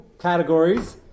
categories